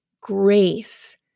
grace